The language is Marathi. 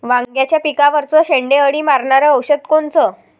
वांग्याच्या पिकावरचं शेंडे अळी मारनारं औषध कोनचं?